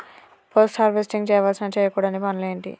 Post harvesting చేయవలసిన చేయకూడని పనులు ఏంటి?